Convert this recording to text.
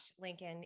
Lincoln